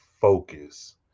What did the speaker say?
focus